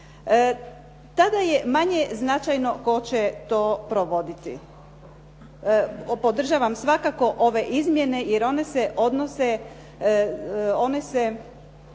Tada je manje značajno tko će to provoditi. Podržavam svakako ove izmjene jer one se odnose,